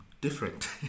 different